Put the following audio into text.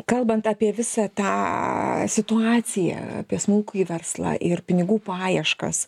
kalbant apie visą tą situaciją apie smulkųjį verslą ir pinigų paieškas